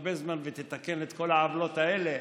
הרבה זמן ותתקן את כל העוולות האלה,